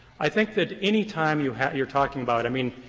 i think that any time you're you're talking about i mean,